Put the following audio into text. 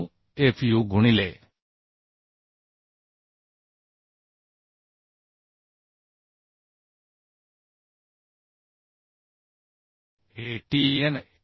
9 Fu गुणिले Atn Atn